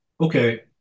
okay